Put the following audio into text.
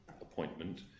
appointment